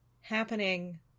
Happening